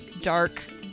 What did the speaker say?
dark